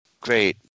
Great